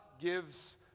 gives